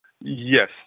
Yes